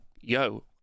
yo